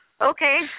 Okay